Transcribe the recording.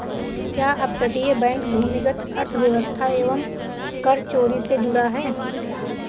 क्या अपतटीय बैंक भूमिगत अर्थव्यवस्था एवं कर चोरी से जुड़ा है?